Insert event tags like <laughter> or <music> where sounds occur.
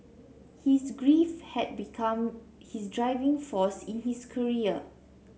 his <unintelligible> grief had become his driving force in his career